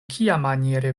kiamaniere